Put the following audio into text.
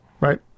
Right